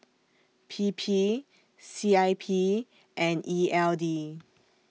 P P C I P and E L D